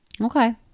Okay